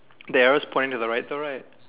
the arrow's pointing to the right though right